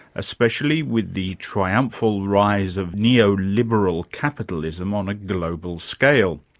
especially with the triumphal rise of neo-liberal capitalism on a global scale.